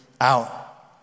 out